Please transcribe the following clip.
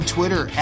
Twitter